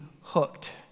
hooked